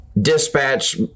dispatch